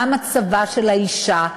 מה מצבה של האישה.